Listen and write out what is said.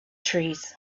trees